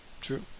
true